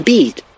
Beat